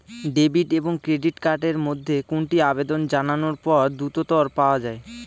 Debit এবং credit card এর মধ্যে কোনটি আবেদন জানানোর পর দ্রুততর পাওয়া য়ায়?